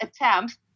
attempts